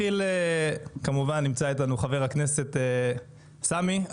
כמובן נמצא איתנו חבר הכנסת סמי,